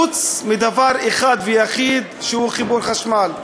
חוץ מדבר אחד ויחיד שהוא חיבור חשמל.